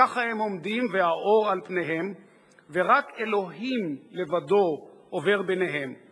"וככה הם עומדים והאור על פניהם/ ורק אלוהים לבדו עובר ביניהם/